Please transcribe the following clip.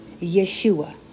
Yeshua